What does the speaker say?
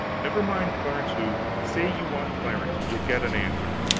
never mind clarence who. say you want clarence you'll get an answer.